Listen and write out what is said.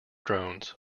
drones